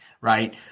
Right